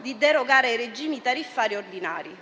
di derogare ai regimi tariffari ordinari.